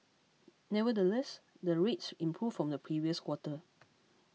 nevertheless the rates improved from the previous quarter